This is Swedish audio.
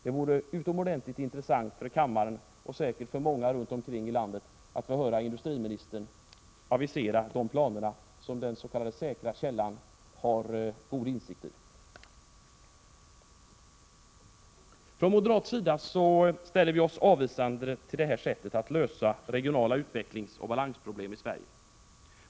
Det vore utomordentligt intressant för kammaren, och säkert för många ute i landet, att få höra industriministern avisera dessa planer som den s.k. säkra källan har god insyn i. Från moderat sida ställer vi oss avvisande till detta sätt att lösa regionala utvecklingsoch balansproblem i Sverige.